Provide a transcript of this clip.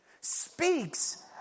speaks